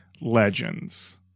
legends